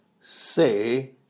say